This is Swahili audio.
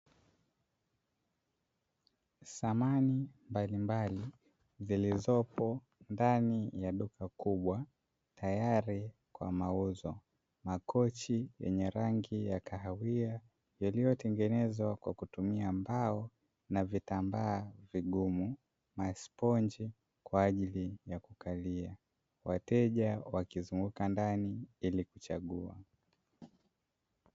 Samani mbalimbali, zilizopo ndani ya duka kubwa tayari kwa mauzo, makochi yenye rangi ya kahawia yaliyotengenezwa kwa kutumia mbao na vitambaa vigumu, masponji kwa ajili ya kukalia. Wateja wakizunguka ndani ili kuchagua.